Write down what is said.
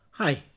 Hi